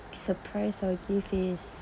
surprise I give is